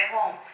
home